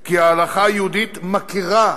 כי ההלכה היהודית מכירה